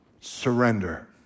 surrender